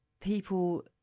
people